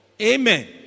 Amen